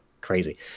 crazy